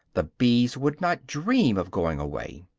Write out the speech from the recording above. the bees would not dream of going away.